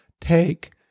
Take